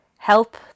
help